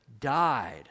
died